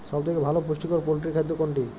সব থেকে ভালো পুষ্টিকর পোল্ট্রী খাদ্য কোনটি?